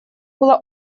была